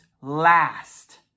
last